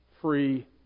free